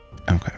Okay